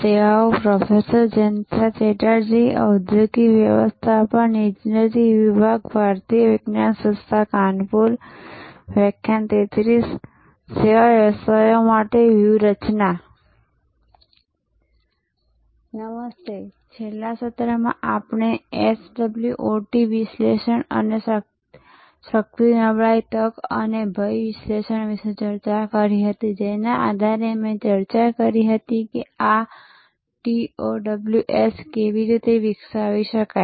સેવા વ્યવસાયો માટેની વ્યૂહરચના નમસ્તે છેલ્લા સત્રમાં આપણે SWOT વિશ્લેષણ શક્તિ નબળાઇ તક અને ભય વિશ્લેષણ વિશે ચર્ચા કરી હતી જેના આધારે અમે ચર્ચા કરી હતી કે આ TOW S કેવી રીતે વિકસાવી શકાય